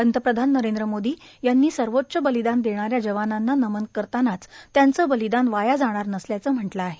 पंतप्रधान नरेंद्र मोदी यांनी सर्वोच्च बलिदान देणाऱ्या जवानांना नमन करतांनाच त्यांचं बलिदान वाया जाणार नसल्याचं म्हटलं आहे